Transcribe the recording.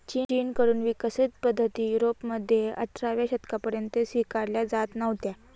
चीन कडून विकसित पद्धती युरोपमध्ये अठराव्या शतकापर्यंत स्वीकारल्या जात नव्हत्या